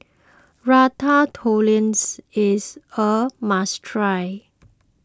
Ratatouilles is a must try